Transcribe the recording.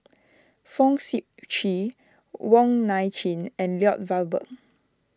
Fong Sip Chee Wong Nai Chin and Lloyd Valberg